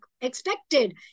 expected